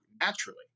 naturally